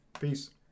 Peace